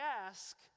ask